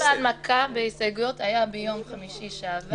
ההנמקה בהסתייגויות הייתה ביום חמישי שעבר.